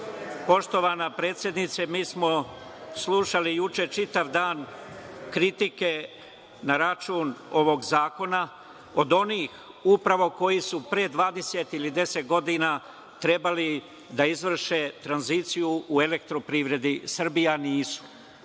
predsednice, mi smo slušali juče čitav dan kritike na račun ovog zakona od onih upravo koji su pre dvadeset ili deset godina trebali da izvrše tranziciju u „Elektroprivredi Srbije“, a nisu.